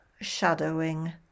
shadowing